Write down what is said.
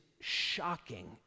shocking